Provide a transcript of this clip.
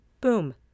boom